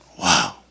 Wow